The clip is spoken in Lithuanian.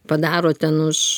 padaro ten už